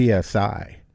PSI